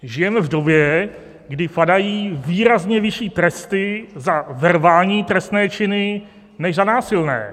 Žijeme v době, kdy padají výrazně vyšší tresty za verbální trestné činy než za násilné.